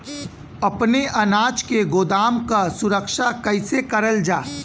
अपने अनाज के गोदाम क सुरक्षा कइसे करल जा?